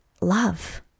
love